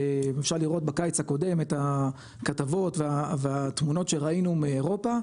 אפשר לראות בקיץ הקודם את הכתבות והתמונות שראינו באירופה,